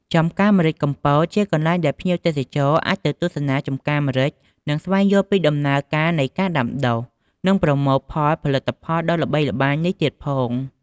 ចំការម្រេចកំពតជាកន្លែងដែលភ្ញៀវទេសចរអាចទៅទស្សនាចំការម្រេច និងស្វែងយល់ពីដំណើរការនៃការដាំដុះ និងប្រមូលផលផលិតផលដ៏ល្បីល្បាញនេះទៀតផង។